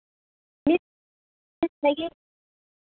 फिर